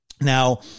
Now